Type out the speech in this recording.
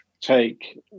take